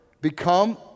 Become